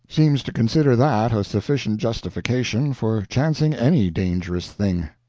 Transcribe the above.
seems to consider that a sufficient justification for chancing any dangerous thing.